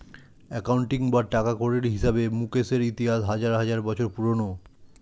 accounting বা টাকাকড়ির হিসেবে মুকেশের ইতিহাস হাজার হাজার বছর পুরোনো